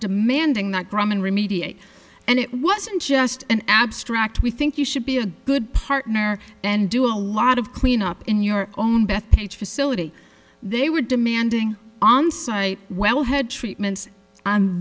remediate and it wasn't just an abstract we think you should be a good partner and do a lot of cleanup in your own bethpage facility they were demanding onsite well head treatments